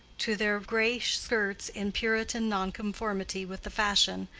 to their gray skirts in puritan nonconformity with the fashion,